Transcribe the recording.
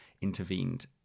intervened